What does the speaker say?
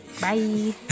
bye